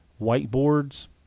whiteboards